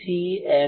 M